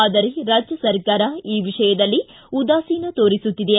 ಆದರೆ ರಾಜ್ಯ ಸರ್ಕಾರ ಈ ವಿಷಯದಲ್ಲಿ ಉದಾಸೀನ ತೋರಿಸುತ್ತಿದೆ